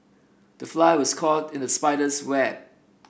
the fly was caught in the spider's web